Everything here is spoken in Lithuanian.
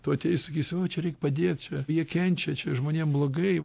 tuoj ateis sakysim nu čia reik padėt jie kenčia čia žmonėm blogai